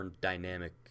dynamic